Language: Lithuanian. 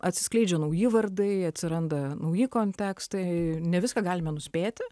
atsiskleidžia nauji vardai atsiranda nauji kontekstai ne viską galime nuspėti